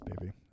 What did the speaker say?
baby